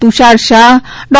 Tushar Shah Dr